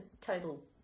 total